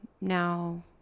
Now